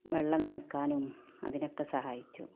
വെള്ളം നനയ്ക്കാനും അതിനൊക്കെ സഹായിച്ചു